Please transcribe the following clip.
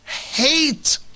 Hate